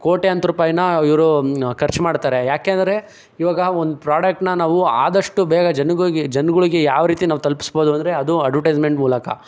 ಕೊಟ್ಯಂತರ್ರೂಪಾಯನ್ನ ಇವರು ಖರ್ಚು ಮಾಡ್ತಾರೆ ಏಕೆಂದರೆ ಇವಾಗ ಒಂದು ಪ್ರಾಡಕ್ಟ್ನ ನಾವು ಆದಷ್ಟು ಬೇಗ ಜನ್ಗುಗೆ ಜನಗಳಿಗೆ ಯಾವರೀತಿ ನಾವು ತಲ್ಪಿಸ್ಬೋದು ಅಂದರೆ ಅದು ಅಡ್ವರ್ಟೈಸ್ಮೆಂಟ್ ಮೂಲಕ